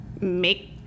make